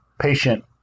patient